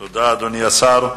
תודה, אדוני השר.